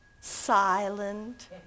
silent